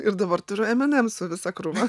ir dabar turiu emenemsų visą krūvą